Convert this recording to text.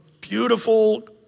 beautiful